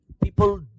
People